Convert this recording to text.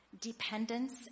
Dependence